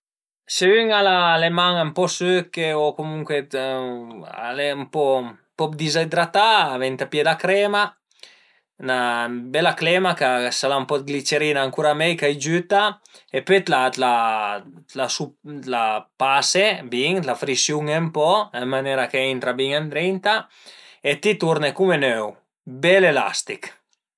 Se ün al a le man ën po sëche o comuncue al e ën po dizidratà venta pìé 'na crema, 'na bela crema che s'al a ën po dë glicerina al e ancura mei ch'a i giüta e pöi t'la t'la pase bin, t'la frisiun-e ën po ën manera ch'a intra bin ëndrinta e ti turne cum ün öu, bel elastich